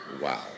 Wow